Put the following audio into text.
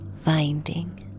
finding